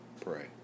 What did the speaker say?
Pray